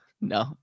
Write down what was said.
No